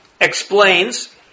explains